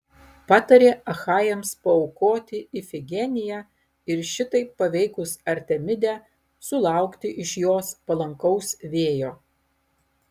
patarė achajams paaukoti ifigeniją ir šitaip paveikus artemidę sulaukti iš jos palankaus vėjo